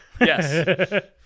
Yes